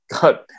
God